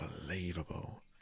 unbelievable